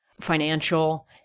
Financial